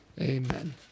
amen